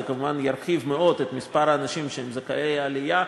זה כמובן ירחיב מאוד את מספר האנשים שהם זכאי עלייה,